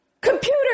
computer